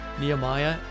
Nehemiah